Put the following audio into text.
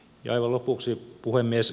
ja aivan lopuksi puhemies